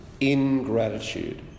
ingratitude